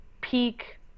peak